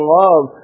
love